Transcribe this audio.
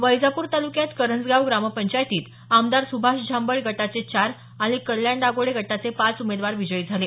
वैजापूर तालुक्यात करंजगाव ग्रामपंचायतीत आमदार सुभाष झांबड गटाचे चार आणि कल्याण दागोडे गटाचे पाच उमेदवार विजयी झाले